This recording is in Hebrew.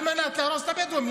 על מנת להרוס את הבדואים.